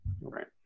Right